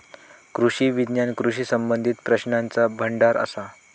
कृषी विज्ञान कृषी संबंधीत प्रश्नांचा भांडार असा